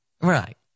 Right